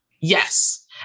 Yes